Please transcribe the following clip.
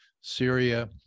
Syria